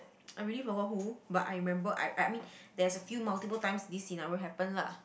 I really forgot who but I remember I I mean there's a few multiple times this scenario happen lah